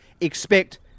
expect